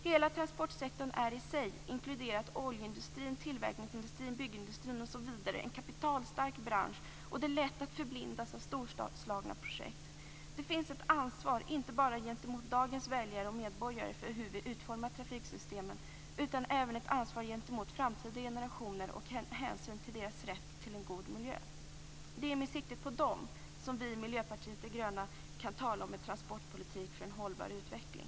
Hela transportsektorn i sig, inkluderat oljeindustrin, tillverkningsindustrin, byggindustrin osv., är en kapitalstark bransch, och det är lätt att förblindas av storslagna projekt. Det finns ett ansvar för hur vi utformar trafiksystemen, inte bara gentemot dagens väljare och medborgare utan även gentemot framtida generationer och deras rätt till en god miljö. Det är med sikte på dem som vi i Miljöpartiet de gröna kan tala om en transportpolitik för en hållbar utveckling.